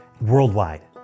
worldwide